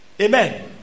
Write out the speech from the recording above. Amen